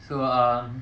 so um